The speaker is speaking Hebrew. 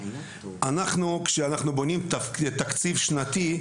אנחנו כשאנחנו בונים תקציב שנתי,